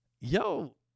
yo